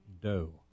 doe